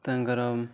ତାଙ୍କର